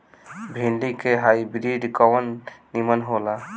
भिन्डी के हाइब्रिड कवन नीमन हो ला?